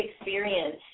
experience